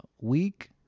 week